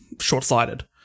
short-sighted